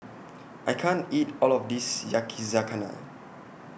I can't eat All of This Yakizakana